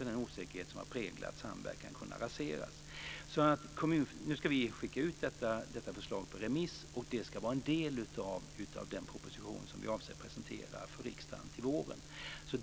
av den osäkerhet som har präglat samverkan kunna raseras. Nu ska vi skicka ut detta förslag på remiss, och det ska vara en del av den proposition vi avser att presentera för riksdagen till våren.